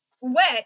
wet